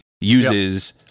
uses